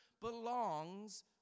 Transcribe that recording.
belongs